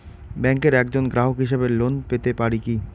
ব্যাংকের একজন গ্রাহক হিসাবে লোন পেতে পারি কি?